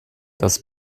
das